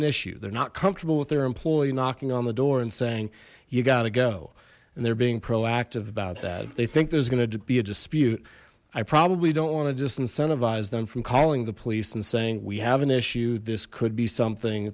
an issue they're not comfortable with their employee knocking on the door and saying you got to go and they're being proactive about that if they think there's going to be a dispute i probably don't want to just incentivize them from call the police and saying we have an issue this could be something